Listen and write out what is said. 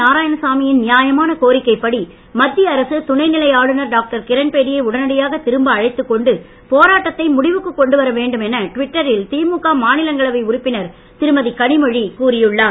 நாராயணசாமியின் நியாயமான கோரிக்கை படி மத்திய அரசு துணை நிலை ஆளுநர் டாக்டர் கிரண்பேடியை உடனடியாக திரும்ப அழைத்துக் கொண்டு போராட்டத்தை முடிவிற்கு கொண்டு வர வேண்டும் என டுவிட்டரில் திமுக மாநிலங்களவை உறுப்பினர் திருமதி கனிமொழி கூறியுள்ளார்